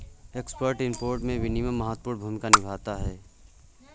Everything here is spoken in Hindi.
एक्सपोर्ट इंपोर्ट में विनियमन महत्वपूर्ण भूमिका निभाता है